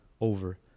over